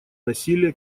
насилия